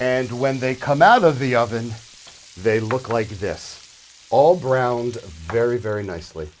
and when they come out of the oven they look like this all brown and very very nicely